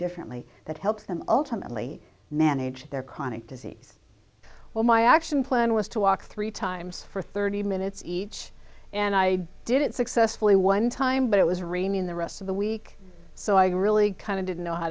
differently that helps them ultimately manage their chronic disease well my action plan was to walk three times for thirty minutes each and i did it successfully one time but it was raining the rest of the week so i really kind of didn't know how